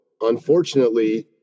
Unfortunately